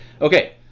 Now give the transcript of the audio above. okay